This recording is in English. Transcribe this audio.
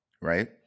right